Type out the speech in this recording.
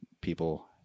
people